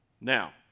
Now